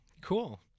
Cool